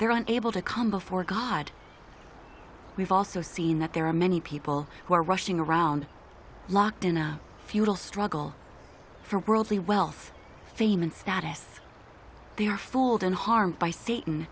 there are able to come before god we've also seen that there are many people who are rushing around locked in a futile struggle for worldly wealth fame and status they are fooled and harmed by satan